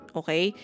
okay